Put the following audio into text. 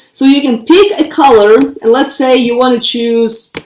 so you can pick a color. and let's say you want to choose,